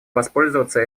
воспользоваться